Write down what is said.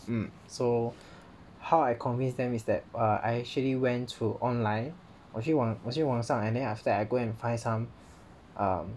mm so how I convinced them is that err I actually went to online 我去我去在网上 and then after that I go and find some um